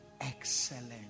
excellent